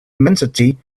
immensity